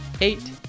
eight